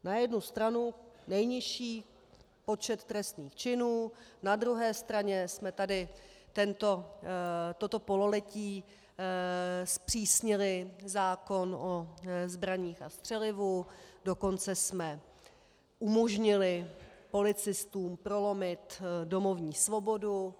Na jednu stranu nejnižší počet trestných činů, na druhé straně jsme tady toto pololetí zpřísnili zákon o zbraních a střelivu, dokonce jsme umožnili policistům prolomit domovní svobodu.